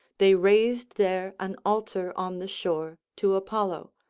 they raised there an altar on the shore to apollo,